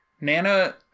Nana